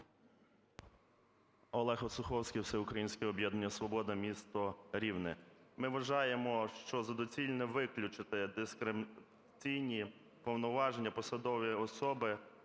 Олег Осуховський, Всеукраїнське об'єднання "Свобода", місто Рівне. Ми вважаємо, що за доцільне виключити дискримінаційні повноваження посадової особи